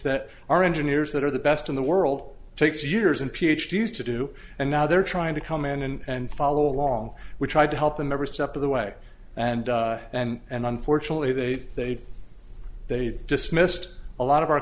that are engineers that are the best in the world takes years and ph d s to do and now they're trying to come in and follow along we tried to help them every step of the way and and and unfortunately they they they dismissed a lot of our